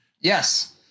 Yes